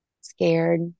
scared